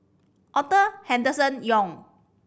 Arthur Henderson Young